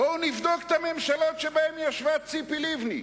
בואו נבדוק את הממשלות שבהן ישבה ציפי לבני.